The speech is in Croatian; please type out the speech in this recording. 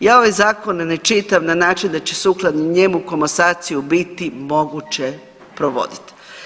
Ja ovaj zakon ne čitam na način da će sukladno njemu komasaciju biti moguće provoditi.